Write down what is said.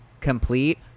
Complete